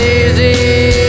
easy